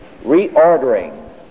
reordering